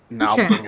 Okay